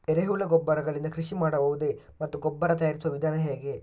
ಎರೆಹುಳು ಗೊಬ್ಬರ ಗಳಿಂದ ಕೃಷಿ ಮಾಡಬಹುದೇ ಮತ್ತು ಗೊಬ್ಬರ ತಯಾರಿಸುವ ವಿಧಾನ ಹೇಗೆ?